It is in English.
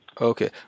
Okay